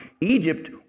Egypt